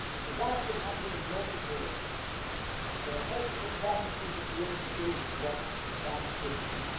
the bad could happen in multiple ways there are multiple prophecies of the end of days of what the bad could be